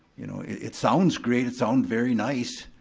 you know, it sounds great, it sounds very nice,